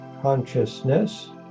consciousness